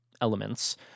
elements